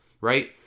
Right